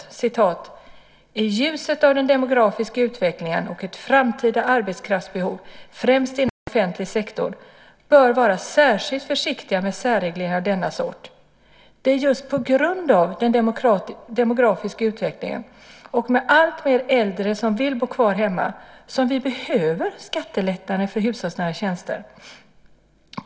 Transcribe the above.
Han säger att man "i ljuset av den demografiska utvecklingen och ett framtida arbetskraftsbehov främst inom offentlig sektor . bör vara särskilt försiktig med särregleringar av denna sort". Det är ju just på grund av den demografiska utvecklingen med alltfler äldre som vill bo kvar hemma som vi behöver skattelättnader för hushållsnära tjänster!